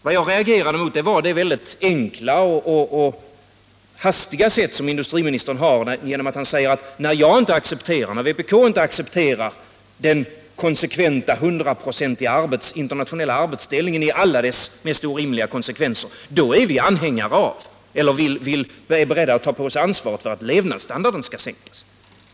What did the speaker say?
Vad jag reagerade mot var det väldigt enkla och hastiga sätt som industriministern går till väga på genom att han säger att när vpk inte accepterar den konsekventa hundraprocentiga internationella arbetsfördelningen i alla dess mest orimliga konsekvenser, då är vi inom vpk beredda att ta på oss ansvaret för att levnadsstandarden skall sänkas.